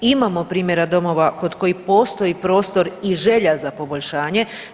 Imamo primjera domova kod kojih postoji prostor i želja za poboljšanje.